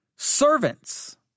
Servants